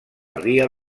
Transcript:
ria